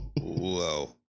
Whoa